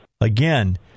Again